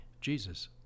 Jesus